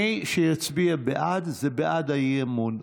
מי שיצביע בעד, זה בעד האי-אמון.